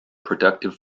productive